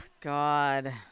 God